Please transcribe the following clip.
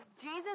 Jesus